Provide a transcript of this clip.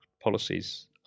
policies